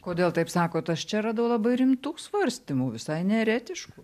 kodėl taip sakot aš čia radau labai rimtų svarstymų visai ne eretiškų